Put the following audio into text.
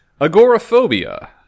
Agoraphobia